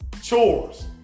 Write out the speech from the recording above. Chores